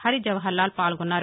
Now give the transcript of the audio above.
హరిజవహర్లాల్ పాల్గొన్నారు